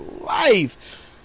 life